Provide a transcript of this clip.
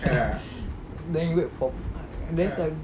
then you wait for what dia macam